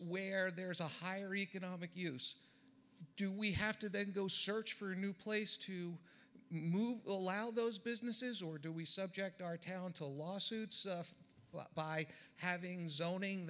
where there is a higher economic use do we have to then go search for a new place to move allow those businesses or do we subject our talented lawsuits by having zero ning